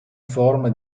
forma